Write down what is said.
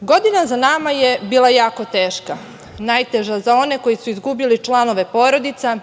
Godina za nama je bila jako teška, najteža za one koji su izgubili članove porodica,